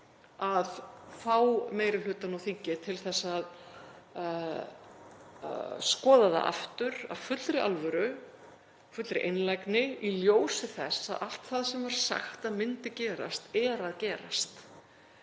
að fá meiri hlutann á þingi til að skoða það aftur af fullri alvöru og fullri einlægni í ljósi þess að allt það sem var sagt að myndi gerast er að gerast.